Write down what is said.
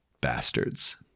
bastards